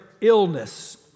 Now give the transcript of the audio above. illness